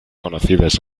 conocidas